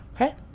okay